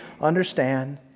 understand